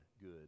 good